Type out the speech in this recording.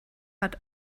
hat